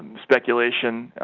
speculation ah.